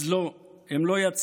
אז לא, הם לא יצליחו.